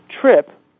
trip